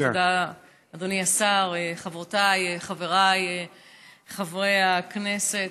אדוני השר, חברותיי, חבריי חברי הכנסת,